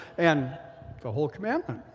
and the whole commandment.